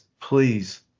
please